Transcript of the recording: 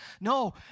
No